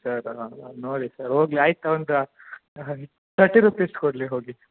sir ನೋಡಿ sir ಹೋಗ್ಲಿ ಆಯ್ತು ಒಂದು ತರ್ಟಿ ರುಪೀಸ್ ಕೊಡಲಿ ಹೋಗಿ